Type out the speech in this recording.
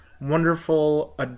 wonderful